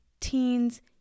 teens